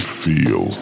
feel